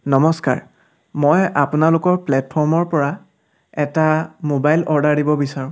নমষ্কাৰ মই আপোনালোকৰ প্লেটফৰ্মৰপৰা এটা মোবাইল অৰ্ডাৰ দিব বিচাৰোঁ